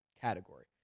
category